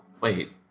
Wait